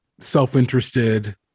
self-interested